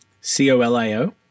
C-O-L-I-O